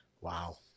Wow